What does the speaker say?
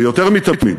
ויותר מתמיד